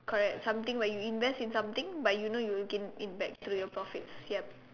correct something where you invest in something but you know you will gain it back to your profits yup